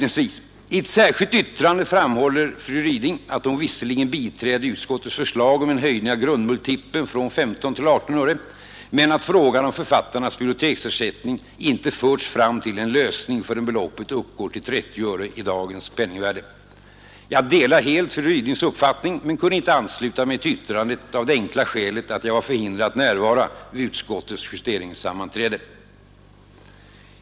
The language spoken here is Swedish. I ett särskilt yttrande framhåller fru Ryding att hon visserligen biträder utskottets förslag om en höjning av grundmultipeln från 15 till 18 öre men att frågan om författarnas biblioteksersättning inte förts till en lösning förrän beloppet uppgår till 30 öre i dagens penningvärde. Jag delar helt fru Rydings uppfattning men kunde inte ansluta mig till yttrandet av det enkla skälet att jag var förhindrad närvara vid utskottets justeringssammanträde.